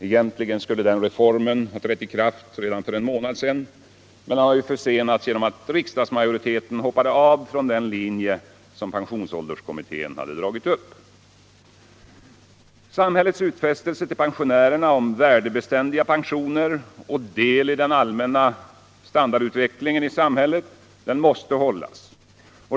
Egentligen skulle reformen ha trätt i kraft redan för en månad sedan, men den har ju försenats genom att riksdagsmajoriteten hoppade av från den linje som pensionsålderskommittén hade dragit upp. Samhällets utfästelser till pensionärerna om värdebeständiga pensioner och del i den allmänna standardutvecklingen i samhället måste hållas.